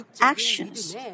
actions